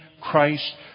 Christ